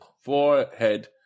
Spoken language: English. forehead